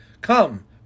Come